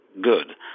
good